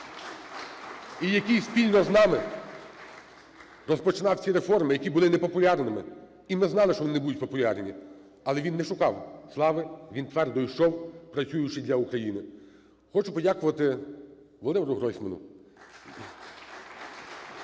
і який спільно з нами розпочинав ці реформи, які були непопулярними. І ми знали, що вони будуть непопулярні. Але він не шукав слави, він твердо йшов, працюючи для України. Хочу подякувати Володимиру Гройсману.